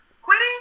Quitting